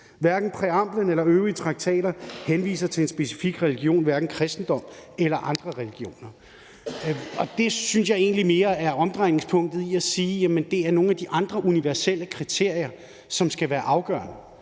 Hverken præamblen eller øvrige traktater henviser til en specifik religion, hverken kristendom eller andre religioner. Det synes jeg egentlig mere er omdrejningspunktet i at sige, at det er nogle af de andre universelle kriterier, som skal være afgørende,